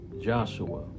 Joshua